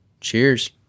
Cheers